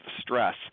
stress